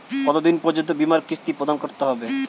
কতো দিন পর্যন্ত বিমার কিস্তি প্রদান করতে হবে?